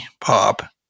pop